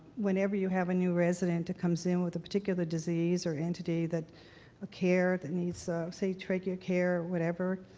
whenever you have a new resident that comes in with a particular disease or entity or ah care that needs so safe trachea care or whatever,